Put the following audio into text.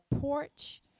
porch